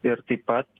ir taip pat